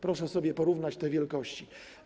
Proszę sobie porównać te wielkości.